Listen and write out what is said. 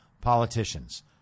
politicians